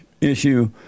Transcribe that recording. issue